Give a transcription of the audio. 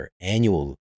annual